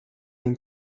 این